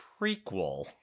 prequel